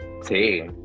See